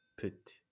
put